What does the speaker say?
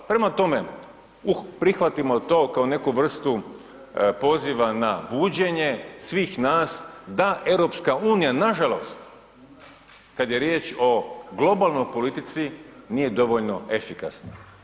Prema tome, prihvatimo to kao neku vrstu poziva na buđenje svih nas da EU nažalost kada je riječ o globalnoj politici nije dovoljno efikasna.